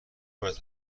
باید